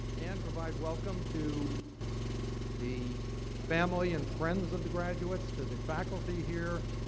and provide welcome to the family and friends of the graduates, to the faculty here,